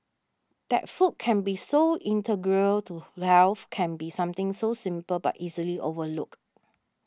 that food can be so integral to health can be something so simple but easily overlooked